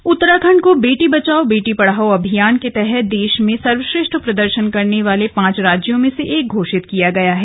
सम्मान उत्तराखंड को बेटी बचाओ बेटी पढाओ अभियान के तहत देश में सर्वश्रेष्ठ प्रदर्शन करने वाले पांच राज्यों में से एक घोषित किया गया है